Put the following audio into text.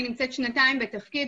אני נמצאת שנתיים בתפקיד,